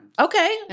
Okay